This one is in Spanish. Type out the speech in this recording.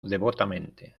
devotamente